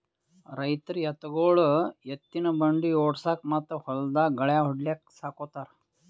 ರೈತರ್ ಎತ್ತ್ಗೊಳು ಎತ್ತಿನ್ ಬಂಡಿ ಓಡ್ಸುಕಾ ಮತ್ತ್ ಹೊಲ್ದಾಗ್ ಗಳ್ಯಾ ಹೊಡ್ಲಿಕ್ ಸಾಕೋತಾರ್